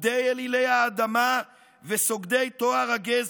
עובדי אלילי האדמה וסוגדי טוהר הגזע,